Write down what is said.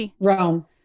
Rome